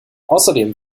außerdem